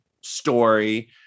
story